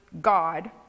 God